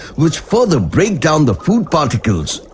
which further break down the food particles.